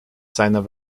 seiner